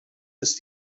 ist